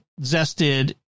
zested